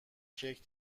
کیکم